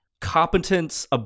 competence